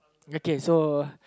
okay so